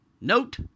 Note